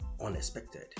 unexpected